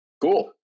Cool